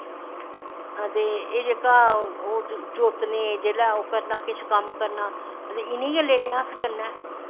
ते एह् जोतनें जिसलै कोई कम्म करनां ते इनेंगी गै लेनें अस कन्नैं